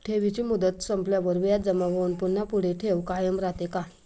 ठेवीची मुदत संपल्यावर व्याज जमा होऊन पुन्हा पुढे ठेव कायम राहते का?